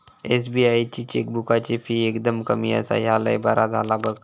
SBI ची चेकबुकाची fee एकदम कमी आसा, ह्या लय बरा झाला बघ